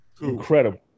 Incredible